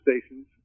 stations